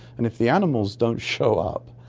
and if the animals don't show up,